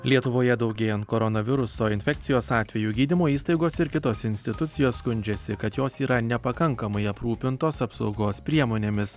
lietuvoje daugėjant koronaviruso infekcijos atvejų gydymo įstaigos ir kitos institucijos skundžiasi kad jos yra nepakankamai aprūpintos apsaugos priemonėmis